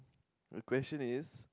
the question is